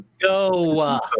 go